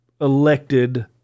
elected